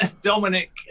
Dominic